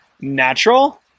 natural